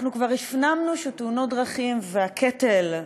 כבר הפנמנו שתאונות דרכים והקטל,